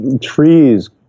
trees